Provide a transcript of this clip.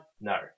no